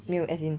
没有 as in